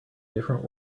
different